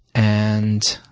and,